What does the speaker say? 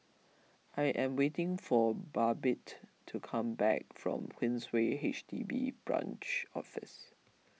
I am waiting for Babette to come back from Queensway H D B Branch Office